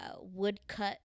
woodcut